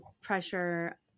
pressure